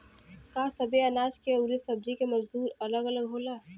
का सबे अनाज के अउर सब्ज़ी के मजदूरी अलग अलग होला?